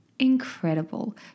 incredible